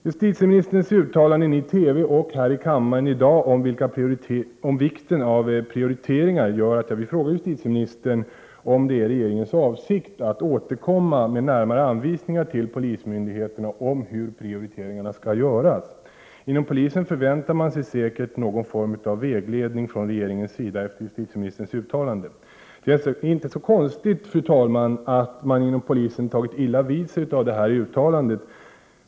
Justitieministerns uttalande i TV och här i kammaren i dag om vikten av prioriteringar gör att jag vill fråga justitieministern om det är regeringens avsikt att återkomma med närmare anvisningar till polismyndigheterna om hur prioriteringarna skall göras. Inom polisen förväntar man sig säkert någon form av vägledning från regeringens sida efter justitieministerns uttalande. Det är inte så konstigt, fru talman, att man inom polisen tagit illa vid sig av det här uttalandet.